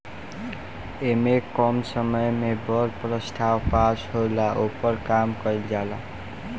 ऐमे कम समय मे बड़ प्रस्ताव पास होला, ओपर काम कइल जाला